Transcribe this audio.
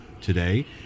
today